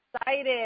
excited